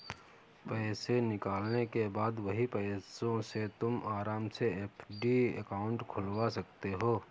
पैसे निकालने के बाद वही पैसों से तुम आराम से एफ.डी अकाउंट खुलवा सकते हो